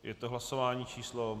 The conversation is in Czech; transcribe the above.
Je to hlasování číslo 64.